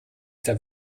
der